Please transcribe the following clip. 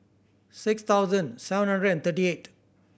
six thousand seven hundred and thirty eight